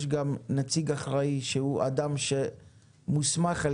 יש גם נציג אחראי שהוא אדם שמוסמך על